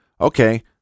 Okay